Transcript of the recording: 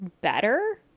better